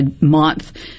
month